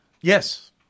Yes